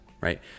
Right